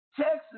Texas